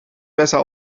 besser